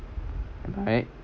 am I right